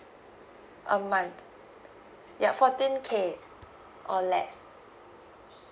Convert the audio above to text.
a month ya fourteen K or less